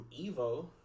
EVO